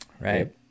Right